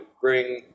bring